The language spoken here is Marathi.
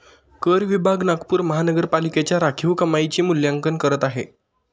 कर विभाग नागपूर महानगरपालिकेच्या राखीव कमाईचे मूल्यांकन करत आहे